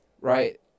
right